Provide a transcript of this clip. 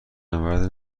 نبرد